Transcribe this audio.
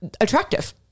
attractive